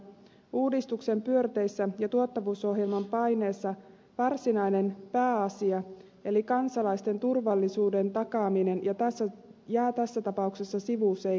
uudistuksen pyörteissä ja tuottavuusohjelman paineessa varsinainen pääasia eli kansalaisten turvallisuuden takaaminen jää tässä tapauksessa sivuseikaksi